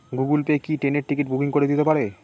Google Pay কি ট্রেনের ticket booking করে দিতে পারে?